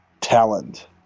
talent